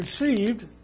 received